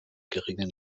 geringen